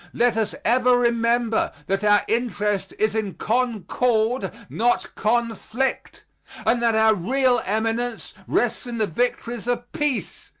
let us ever remember that our interest is in concord, not conflict and that our real eminence rests in the victories of peace,